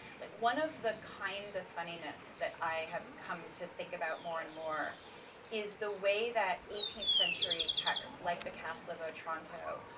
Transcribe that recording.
like one of the kinds of funniness that i have come to think about more and more is the way that eighteenth century texts, like the castle of otranto,